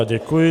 Děkuji.